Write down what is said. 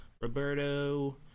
Roberto